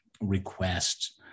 requests